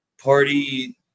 party